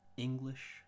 English